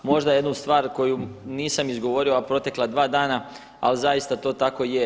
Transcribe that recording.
Možda jednu stvar koju nisam izgovorio u ova protekla dva dana, ali zaista to tako je.